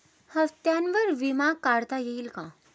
हप्त्यांवर विमा काढता येईल का?